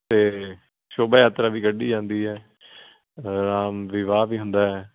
ਅਤੇ ਸ਼ੋਭਾ ਯਾਤਰਾ ਵੀ ਕੱਢੀ ਜਾਂਦੀ ਹੈ ਰਾਮ ਵਿਵਾਹ ਵੀ ਹੁੰਦਾ ਹੈ